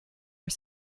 are